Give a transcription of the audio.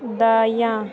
दायाँ